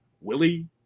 Willie